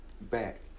back